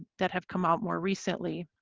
that have come out more recently.